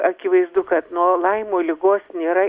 akivaizdu kad nuo laimo ligos nėra